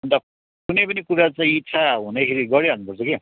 अनि त कुनै पनि कुरा चाहिँ इच्छा हुँदैखेरि गरिहाल्नुपर्छ के